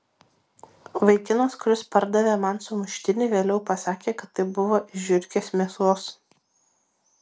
vaikinas kuris pardavė man sumuštinį vėliau pasakė kad tai buvo iš žiurkės mėsos